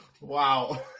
Wow